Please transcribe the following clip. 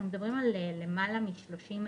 אנחנו מדברים על למעלה מ-30,000,